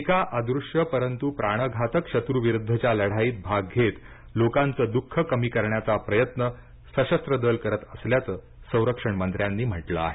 एका अदृश्य परंतु प्राणघातक शत्रूविरूद्धच्या लढाईत भाग घेत लोकांचं दुःख कमी करण्याचा प्रयत्न सशस्त्र दल करत असल्याचं संरक्षण मंत्र्यांनी म्हटलं आहे